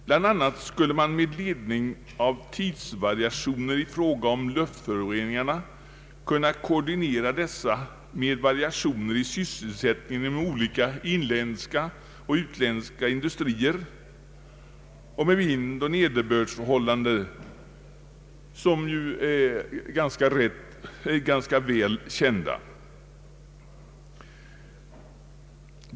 Bland annat skulle man med ledning av tidsvariationer i fråga om luftföroreningarna kunna koordinera dessa med variationer i sysselsättningen inom olika inoch utländska industrier och med vindoch nederbördsförhållandena, som ju är rätt väl kända.